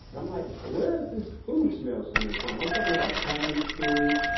but i'm like, where is this food smells coming from? i'm talking about chinese food,